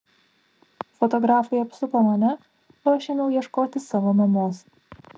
fotografai apsupo mane o aš ėmiau ieškoti savo mamos